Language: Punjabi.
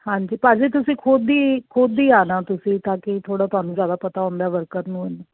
ਹਾਂਜੀ ਭਾਅ ਜੀ ਤੁਸੀਂ ਖੁਦ ਹੀ ਖੁਦ ਹੀ ਆ ਨਾ ਤੁਸੀਂ ਤਾਂ ਕਿ ਥੋੜ੍ਹਾ ਤੁਹਾਨੂੰ ਜ਼ਿਆਦਾ ਪਤਾ ਹੁੰਦਾ ਵਰਕਰ ਨੂੰ